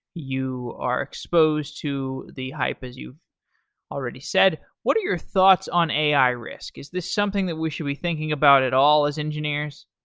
you are exposed to the hype, as you've already said. what are your thoughts on ai risk? is this something that we should be thinking about at all as engineers?